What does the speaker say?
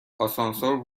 آسانسور